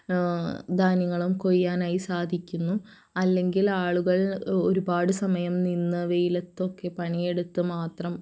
ധാന്യങ്ങളും കൊയ്യാനായി സാധിക്കുന്നു അല്ലങ്കിൽ ആളുകൾ ഒരുപാട് സമയം നിന്ന് വെയിലത്തൊക്കെ പണിയെടുത്ത് മാത്രം